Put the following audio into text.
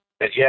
Yes